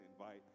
invite